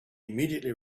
immediately